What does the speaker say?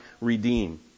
redeem